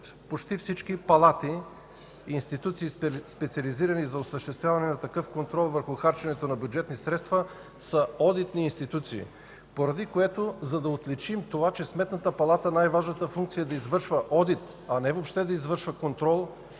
почти всички палати – институции, специализирани за осъществяване на такъв контрол върху харченето на бюджетни средства, са одитни институции, поради което, за да отличим това, че на Сметната палата най-важната функция е да извършва одит, а не въобще да извършва контрол,